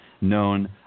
known